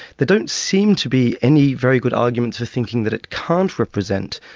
there don't seem to be any very good arguments of thinking that it can't represent.